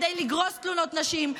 כדי לגרוס תלונות נשים,